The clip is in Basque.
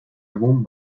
egun